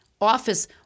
office